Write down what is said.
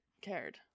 cared